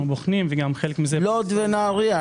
בוחנים וגם חלק מזה --- לוד ונהריה,